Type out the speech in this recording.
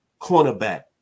cornerback